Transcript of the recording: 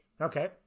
Okay